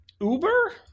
Uber